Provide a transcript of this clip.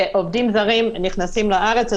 ועובדים זרים נכנסים לארץ,